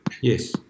Yes